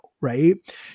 right